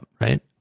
Right